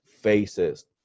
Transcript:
faces